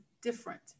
different